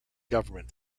government